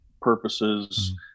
purposes